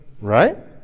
right